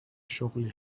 شغلی